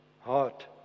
heart